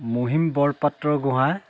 Mahim Borpatra Gohain